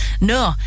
No